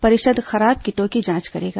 परिषद खराब किटों की जांच करेगा